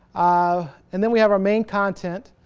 ah. and then we have our main content.